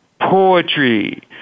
poetry